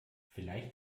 vielleicht